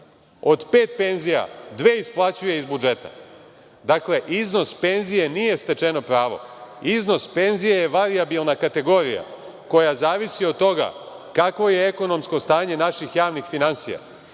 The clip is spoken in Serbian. od pet penzija dve isplaćuje iz budžeta. Dakle, iznos penzije nije stečeno pravo. Iznos penzije je varijabilna kategorija koja zavisi od toga kakvo je ekonomsko stanje naših javnih finansija